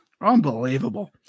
Unbelievable